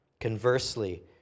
Conversely